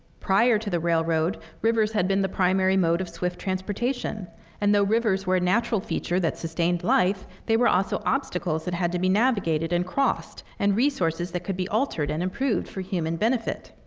prior to the railroad, rivers had been the primary mode of swift transportation and though rivers were a natural feature that sustained life, they were also obstacles that had to be navigated and crossed, and resources that could be altered and improved for human benefit.